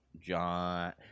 John